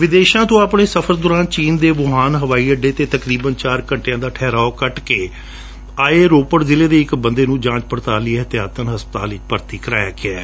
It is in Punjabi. ਵਿਦੇਸ਼ਾਂ ਤੋਂ ਆਪਣੇ ਸਫਰ ਦੌਰਾਨ ਚੀਨ ਦੇ ਵੁਹਾਨ ਹਵਾਈ ਅੱਡੇ ਤੇ ਤਕਰੀਬਨ ਚਾਰ ਘੰਟਿਆਂ ਦਾ ਠਹਿਰਾਓ ਕਰਕੇ ਆਏ ਰੋਪੜ ਜਿਲੇ ਦੇ ਇਕ ਬੰਦੇ ਨੂੰ ਜਾਂਚ ਪੜਤਾਲ ਲਈ ਏਹਤਿਆਤਨ ਹਸਪਤਾਲ ਵਿਚ ਭਰਤੀ ਕੀਤ ਗਿਆ ਹੈ